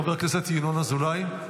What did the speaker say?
חבר הכנסת ינון אזולאי,